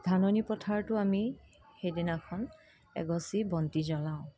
ধাননি পথাৰতো আমি সেইদিনাখন এগছি বন্তি জ্বলাওঁ